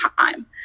time